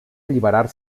alliberar